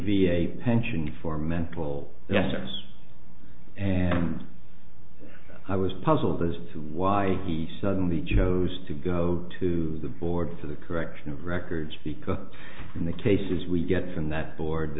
a pension for mental the essence and i was puzzled as to why he suddenly chose to go to the board for the correction of records because in the cases we get from that board